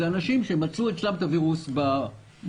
זה אנשים שמצאו אצלם את הווירוס במטוש,